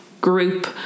group